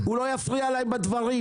הוא לא יפריע להם בדברים.